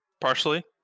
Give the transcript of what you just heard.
Partially